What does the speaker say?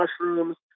mushrooms